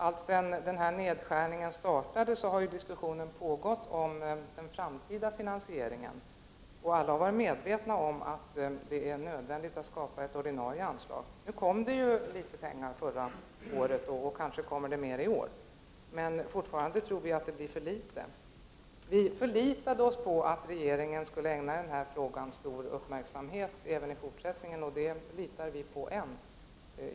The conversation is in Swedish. Alltsedan nedskärningen startade har diskussioner pågått om den framtida finansieringen. Alla har varit medvetna om att det är nödvändigt att skapa ett ordinarie anslag. Det kom litet pengar förra året, och det kanske kommer mera i år. Fortfarande tror vi att det kommer att vara för litet. Vi förlitade oss på att regeringen skulle ägna denna fråga stor uppmärksamhet även i fortsättningen, och det förlitar vi oss på än.